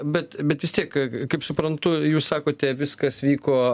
bet bet vis tiek kaip suprantu jūs sakote viskas vyko